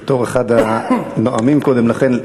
בתור אחד הנואמים קודם לכן,